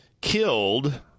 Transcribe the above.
killed